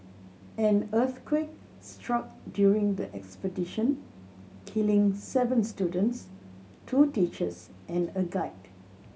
an earthquake struck during the expedition killing seven students two teachers and a guide